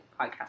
podcast